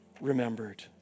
remembered